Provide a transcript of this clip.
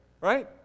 right